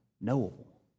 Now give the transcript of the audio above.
knowable